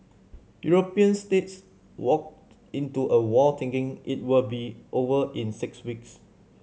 European states walked into a war thinking it will be over in six weeks